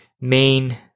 main